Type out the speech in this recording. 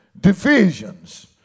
divisions